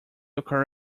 occur